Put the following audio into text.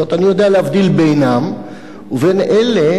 אני יודע להבדיל בינם ובין אלה,